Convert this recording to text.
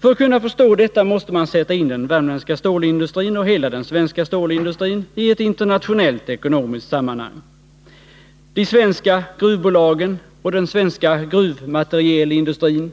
För att kunna förstå detta måste man sätta in den värmländska stålindustrin och hela den svenska stålindustrin i ett internationellt ekonomiskt sammanhang. De svenska gruvbolagen och den svenska gruvmaterielindustrin